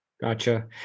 Gotcha